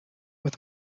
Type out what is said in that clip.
with